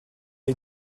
est